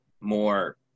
more